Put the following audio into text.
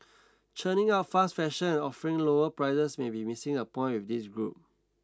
churning out fast fashion and offering lower prices may be missing a point with this group